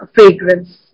Fragrance